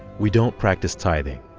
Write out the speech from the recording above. we don't practice tithing,